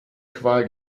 qual